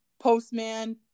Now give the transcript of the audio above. postman